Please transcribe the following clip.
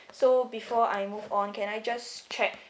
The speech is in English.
so before I move on can I just check